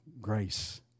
grace